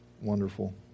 wonderful